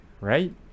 right